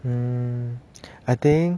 hmm I think